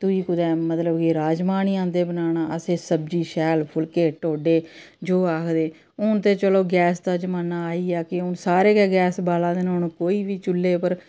तुई कुतै मतलब राजमांह् निं औंदे बनाना अस ते सब्जी शैल फुलके ढोड्डे जो आखदे हून ते चलो गैस दा जमाना आई गेआ चलो हून सारे गै गैस बाला दे न हून कोई बी चूह्ल्ले उप्पर